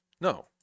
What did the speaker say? No